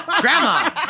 grandma